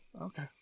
okay